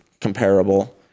comparable